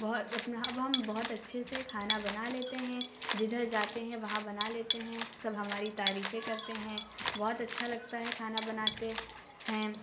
بہت اپنا اب ہم بہت اچھے سے کھانا بنا لیتے ہیں جدھر جاتے ہیں وہاں بنا لیتے ہیں سب ہماری تعریفیں کرتے ہیں بہت اچھا لگتا ہے کھانا بناتے ہیں